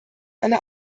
eine